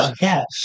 Yes